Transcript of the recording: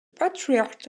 patriarch